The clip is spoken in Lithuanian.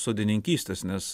sodininkystės nes